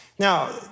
Now